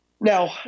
Now